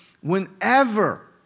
whenever